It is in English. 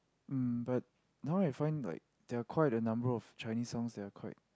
mm but now I find like there are quite a number of Chinese songs that are quite